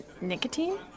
Nicotine